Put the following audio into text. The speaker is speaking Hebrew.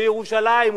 בירושלים,